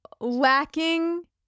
Lacking